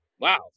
wow